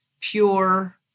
pure